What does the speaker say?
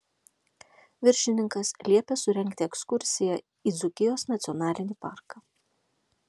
viršininkas liepė surengti ekskursiją į dzūkijos nacionalinį parką